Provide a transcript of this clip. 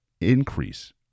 increase